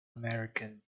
american